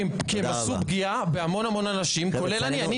כי הם פגעו בהמון המון אנשים כולל בי.